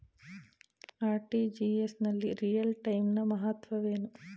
RTGS ನಲ್ಲಿ real time ನ ಮಹತ್ವವೇನು?